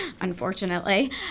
Unfortunately